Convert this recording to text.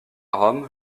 rome